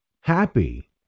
happy